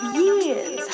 years